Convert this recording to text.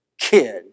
kid